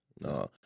No